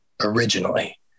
originally